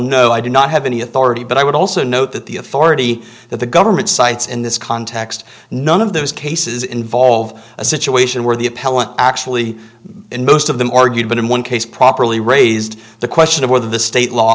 no i do not have any authority but i would also note that the authority that the government sites in this context none of those cases involve a situation where the appellant actually in most of them argued but in one case properly raised the question of whether the state law